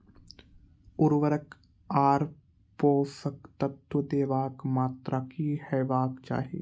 उर्वरक आर पोसक तत्व देवाक मात्राकी हेवाक चाही?